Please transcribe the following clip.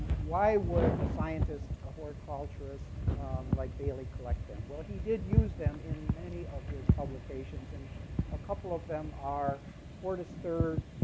why would a scientist or horticulturist like bailey collect them? well, he did use them in many of his publications, and a couple of them are hortus third,